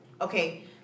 Okay